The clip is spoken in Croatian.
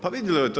Pa vidljivo je to.